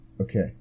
Okay